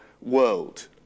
world